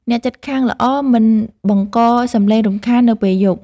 អ្នកជិតខាងល្អមិនបង្កសម្លេងរំខាននៅពេលយប់។